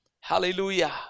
Hallelujah